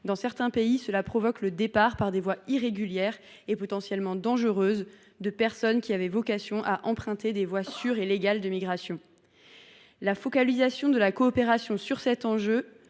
Dans certains pays, cela provoque le départ par des voies irrégulières et potentiellement dangereuses de personnes qui avaient vocation à emprunter des voies sûres et légales de migration. La focalisation de la coopération sur cet enjeu